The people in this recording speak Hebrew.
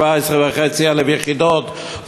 17,500 יחידות,